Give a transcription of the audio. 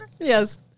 Yes